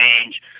change